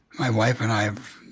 my wife and i